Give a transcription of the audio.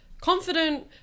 confident